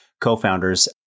co-founders